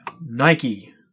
Nike